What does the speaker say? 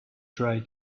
try